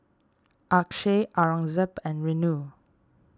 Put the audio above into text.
Akshay Aurangzeb and Renu